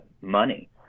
money